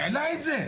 עשה בצו, העלה את זה.